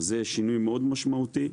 זה שינוי מאוד משמעותי.